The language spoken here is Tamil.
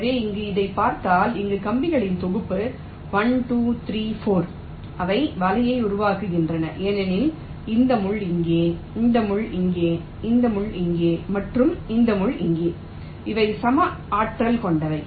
எனவே இங்கே இதைப் பார்த்தால் இந்த கம்பிகளின் தொகுப்பு 1 2 3 4 அவை வலையை உருவாக்குகின்றன ஏனெனில் இந்த முள் இங்கே இந்த முள் இங்கே இந்த முள் இங்கே மற்றும் இந்த முள் இங்கே அவை சம ஆற்றல் கொண்டவை